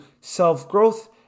self-growth